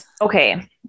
Okay